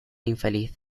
infeliz